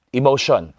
emotion